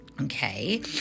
Okay